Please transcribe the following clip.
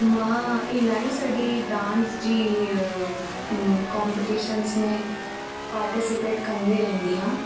मां इलाही सॼी डांस जी कॉम्प्टीशन्स में पार्टीसिपेट कंदी रहंदी आहियां